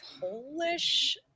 Polish-